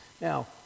Now